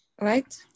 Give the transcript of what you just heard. right